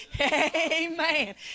Amen